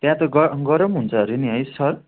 त्यहाँ त ग गरम हुन्छ हरे नि है सर